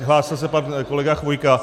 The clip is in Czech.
Hlásil se pan kolega Chvojka.